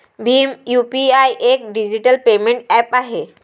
Bhim UPI एक digital payment app आहे